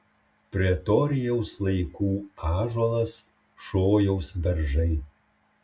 pretorijaus laikų ąžuolas šojaus beržai